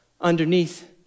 underneath